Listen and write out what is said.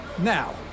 Now